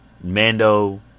Mando